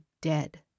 dead